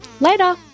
later